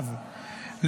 נרחב,